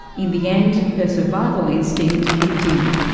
in the end, her survival instinct kicked in.